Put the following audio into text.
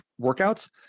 workouts